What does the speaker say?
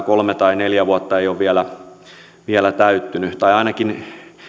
kolme tai neljä vuotta ei ole vielä vielä täyttynyt tai ainakin